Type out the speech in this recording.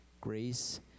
grace